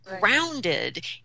grounded